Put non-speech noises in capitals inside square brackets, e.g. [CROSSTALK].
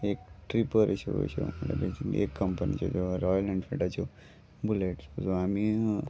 एक ट्रिपरश्यो अश्यो [UNINTELLIGIBLE] एक कंपनीच्यो त्यो रॉयल ऍनफिल्डाच्यो बुलॅट सो आमी